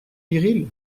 viril